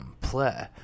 play